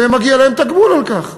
ומגיע להם תגמול על כך.